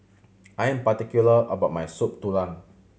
I am particular about my Soup Tulang